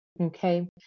Okay